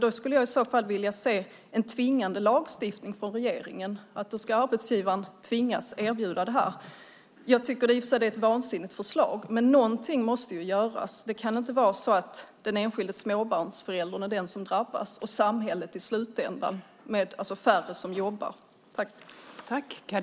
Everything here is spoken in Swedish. Då skulle jag vilja se en tvingande lagstiftning på det från regeringen. Det är ett vansinnigt förslag, men något måste göras. Det kan inte vara så att den enskilde småbarnsföräldern ska drabbas - eller samhället för att färre jobbar.